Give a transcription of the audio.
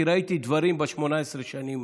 כי ראיתי דברים ב-18 השנים כאן,